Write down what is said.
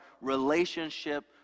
relationship